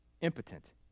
impotent